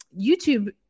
YouTube